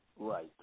Right